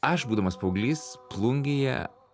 aš būdamas paauglys plungėje